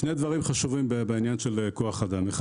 שני דברים חשובים בעניין של כוח אדם: א',